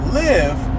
live